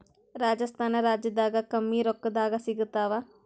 ರಾಜಸ್ಥಾನ ರಾಜ್ಯದಾಗ ಕಮ್ಮಿ ರೊಕ್ಕದಾಗ ಸಿಗತ್ತಾವಾ?